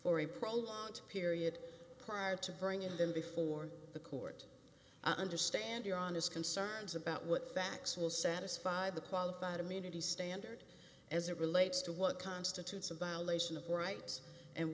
prolonged period prior to bringing them before the court understand here on his concerns about what facts will satisfy the qualified immunity standard as it relates to what constitutes about lation of rights and